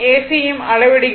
C யையும் அளவிடுகிறது